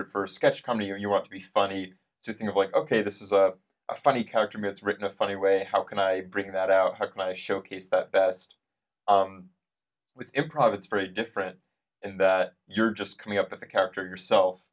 first sketch comedy or you want to be funny it's a thing of like ok this is a funny character gets written a funny way how can i bring that out how can i showcase that best it's improv it's very different in that you're just coming up with the character yourself